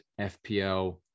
FPL